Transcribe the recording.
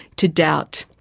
to doubt,